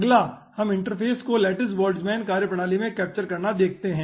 अगला हम इंटरफेस को लेटिस बोल्टजमैन कार्यप्रणाली में कैप्चर करना देखते है